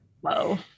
Whoa